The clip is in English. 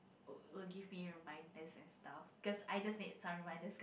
will give me reminders and stuff cause I just need some reminders cause